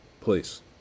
Please